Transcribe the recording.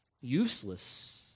useless